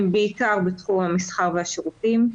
הם בעיקר בתחום המסחר והשירותים.